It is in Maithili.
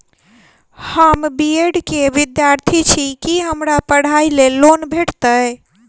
हम बी ऐड केँ विद्यार्थी छी, की हमरा पढ़ाई लेल लोन भेटतय?